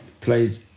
played